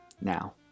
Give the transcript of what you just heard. now